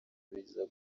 biza